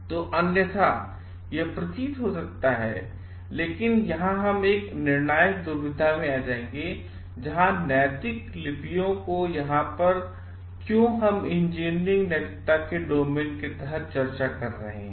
तो अन्यथा यह प्रतीत हो सकता है लेकिन यहां हम एक निर्णायक दुविधा में आ जाएंगे जहां नैतिकता लिपियों को यहां पर क्यों हम इंजीनियरिंग नैतिकता के डोमेन के तहत चर्चा कर रहे हैं